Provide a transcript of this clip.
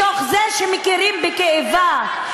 מתוך זה שמכירים בכאבה,